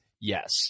yes